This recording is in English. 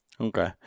Okay